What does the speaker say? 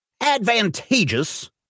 advantageous